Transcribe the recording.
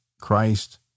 Christ